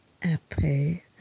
après